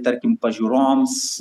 tarkim pažiūroms